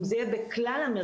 אם זה יהיה בכלל המרכזים,